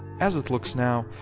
as it looks now,